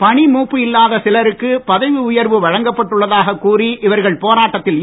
பணி மூப்பு இல்லாத சிலருக்கு பதவி உயர்வு வழங்கப் பட்டுள்ளதாகக் கூறி இவர்கள் போராட்டத்தில் ஈடுபட்டனர்